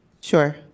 Sure